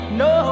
no